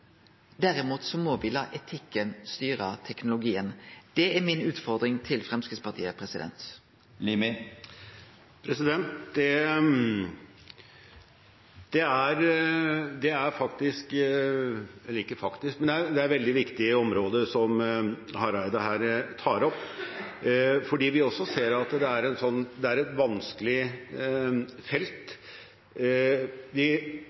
derimot la etikken styre teknologien. Det er mi utfordring til Framstegspartiet. Det er et veldig viktig område Hareide her tar opp, og vi ser også at det er